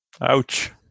Ouch